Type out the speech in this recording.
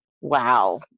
wow